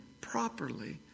properly